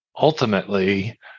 ultimately